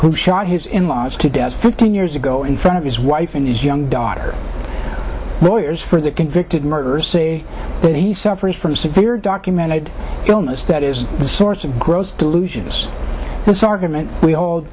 who shot his in laws today as fifteen years ago in front of his wife and his young daughter lawyers for the convicted murders say that he suffers from severe documented illness that is the source of gross delusion